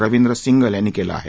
रविंद्र सिंगल यांनी केलं आहे